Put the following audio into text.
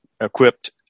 equipped